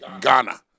Ghana